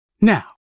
Now